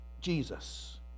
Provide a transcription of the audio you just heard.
Jesus